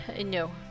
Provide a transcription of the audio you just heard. No